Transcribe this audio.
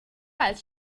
als